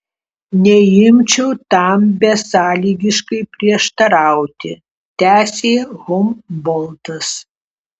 neimčiau tam besąlygiškai prieštarauti tęsė humboltas